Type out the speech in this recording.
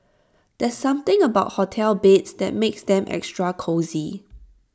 there's something about hotel beds that makes them extra cosy